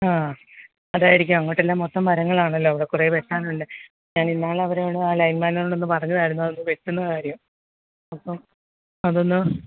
ആ അതായിരിക്കും അങ്ങോട്ടെല്ലാം മൊത്തം മരങ്ങളാണല്ലോ അവിടെ കുറെ വെട്ടാനുണ്ട് ഞാനിന്നാൾ അവരോട് ആ ലൈൻമാനോടൊന്ന് പറഞ്ഞതായിരുന്നു അതൊന്ന് വെട്ടുന്ന കാര്യം അപ്പം അതൊന്ന്